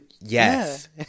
Yes